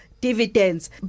dividends